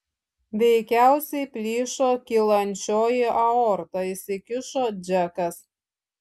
veikiausiai plyšo kylančioji aorta įsikišo džekas